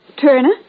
Turner